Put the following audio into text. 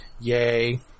Yay